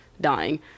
dying